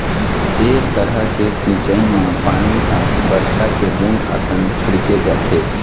ए तरह के सिंचई म पानी ह बरसा के बूंद असन छिड़के जाथे